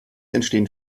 entstehen